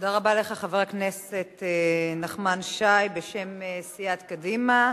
תודה רבה לך, חבר הכנסת נחמן שי, בשם סיעת קדימה.